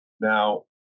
Now